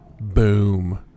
Boom